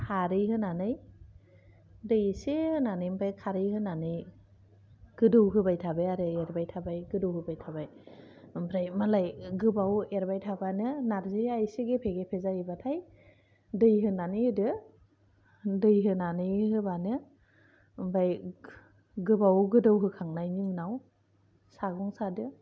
खारै होनानै दै एसे होनानै ओमफाय खारै होनानै गोदौहोबाय थांबायआरो एरबायथाबाय गोदौहोबाय थांबाय ओमफ्राइ मालाय गोबाव एरबायथाबानो नारजिआ एसे गेफे गेफे जायोबाथाय दै होनानै होदो दै होनानै होबानो ओमफाय गोबाव गोदौहोखांनायनि उनाव सागं सादो